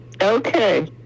Okay